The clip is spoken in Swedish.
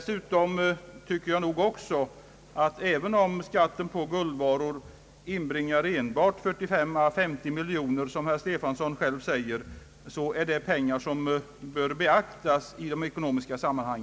Även om skatten på guldvaror endast inbringar 45—50 miljoner kronor, som herr Stefanson säger, är det en summa som är tillräckligt stor för att beaktas i ekonomiska sammanhang.